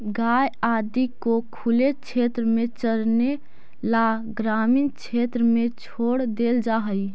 गाय आदि को खुले क्षेत्र में चरने ला ग्रामीण क्षेत्र में छोड़ देल जा हई